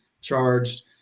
charged